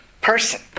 person